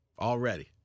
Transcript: already